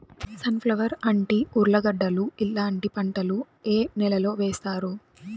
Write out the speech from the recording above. Sun flower, అంటి, ఉర్లగడ్డలు ఇలాంటి పంటలు ఏ నెలలో వేస్తారు?